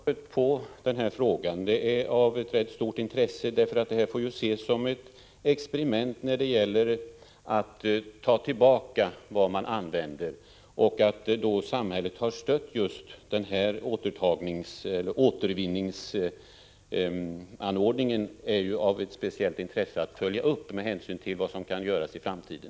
Herr talman! Jag tackar för svaret på den frågan. Den är av rätt stort intresse, för detta får ses som ett experiment när det gäller att ta tillbaka vad man använder. När samhället har stött just den här återtagningsanordningen är det av speciellt intresse att följa upp saken med hänsyn till vad som kan göras i framtiden.